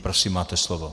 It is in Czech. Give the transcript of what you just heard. Prosím, máte slovo.